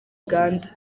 uganda